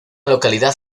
localidad